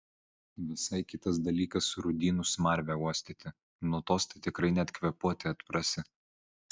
visai kitas dalykas rūdynų smarvę uostyti nuo tos tai tikrai net kvėpuoti atprasi